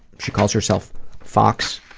she calls herself fox,